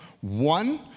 One